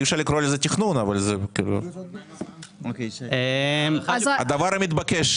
אי אפשר לקרוא לזה תכנון, אבל הדבר המתבקש.